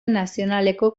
nazionaleko